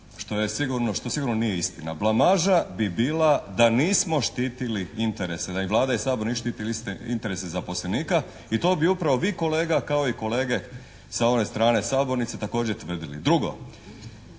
što sigurno nije istina. Blamaža bi bila da nismo štiti interese, da Vlada i Sabor nisu štiti interese zaposlenika i to bi upravo vi kolega, kao i kolege sa one strane sabornice također tvrdili. Drugo,